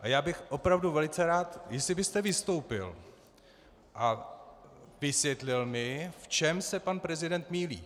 A já bych byl opravdu velice rád, jestli byste vystoupil a vysvětlil mi, v čem se pan prezident mýlí.